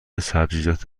سبزیجات